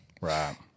Right